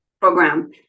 program